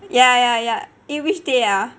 ya ya ya eh which day ah